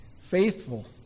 faithful